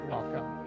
Welcome